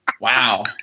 Wow